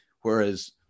Whereas